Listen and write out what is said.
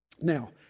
Now